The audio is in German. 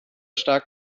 stark